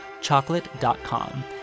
chocolate.com